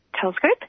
telescope